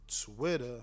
Twitter